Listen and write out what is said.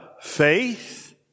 faith